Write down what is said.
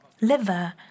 liver